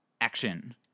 action